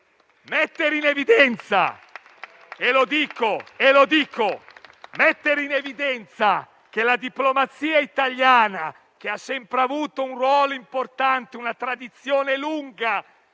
mettere in evidenza che la diplomazia italiana, che ha sempre avuto un ruolo importante e una lunga tradizione nei